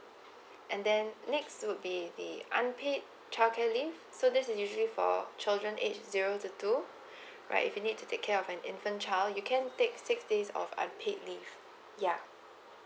and then next would be the unpaid childcare leave so this is usually for children age zero to two right if you need to take care of an infant child you can take six days of unpaid leave ya